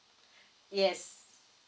yes